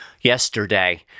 yesterday